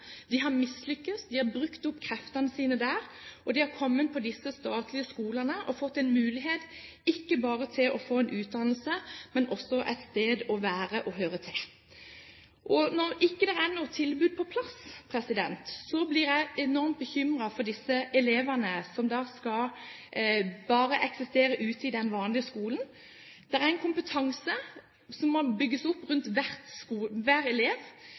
de har mislyktes, de har brukt opp kreftene sine der, og de har kommet på disse statlige skolene og fått en mulighet ikke bare til å få en utdannelse, men også et sted å være og høre til. Når det ikke er noe tilbud på plass, blir jeg enormt bekymret for disse elevene som da bare skal eksistere i den vanlige skolen. Det er en kompetanse som må bygges opp rundt hver elev.